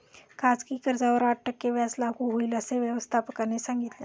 खाजगी कर्जावर आठ टक्के व्याज लागू होईल, असे व्यवस्थापकाने सांगितले